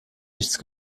nichts